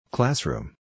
Classroom